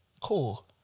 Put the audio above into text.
Cool